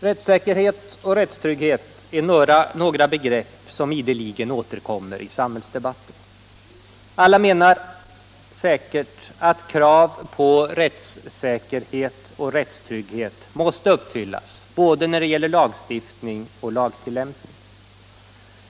Rättssäkerhet och rättstrygghet är några begrepp som ideligen återkommer i samhällsdebatten. Alla anser säkerligen att krav på rättssäkerhet och rättstrygghet måste uppfyllas när det gäller både lagstiftning och lagtillämpning.